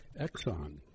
Exxon